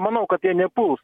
manau kad jie nepuls